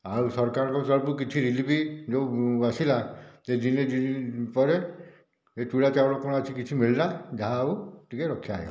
ଆଉ ସରକାରଙ୍କ ତରଫରୁ କିଛି ରିଲିଫ ଯେଉଁ ଆସିଲା ସେ ଦିନେ ଦି ଦିନ ପରେ ସେ ଚୁଡ଼ା ଚାଉଳ କଣ କିଛି ମିଳିଲା ଯା ହେଉ ଟିକେ ରକ୍ଷା ହୋଇଗଲା